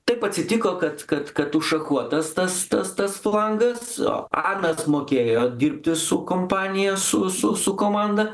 taip atsitiko kad kad kad užšachuotas tas tas tas flangas o anas mokėjo dirbti su kompanija su su su komanda